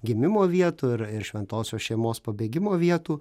gimimo vietų ir ir šventosios šeimos pabėgimo vietų